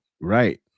Right